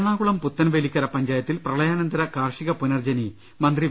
എറണാകുളം പുത്തൻവേലിക്കര പഞ്ചായത്തിൽ പ്രളയാനന്തര കാർഷിക പുനർജനി മന്ത്രി വി